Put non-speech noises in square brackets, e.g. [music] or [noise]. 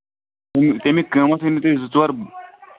[unintelligible] تَمیُک قۭمَتھ ؤنِو تُہۍ زٕ ژور